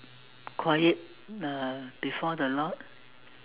quiet uh before the Lord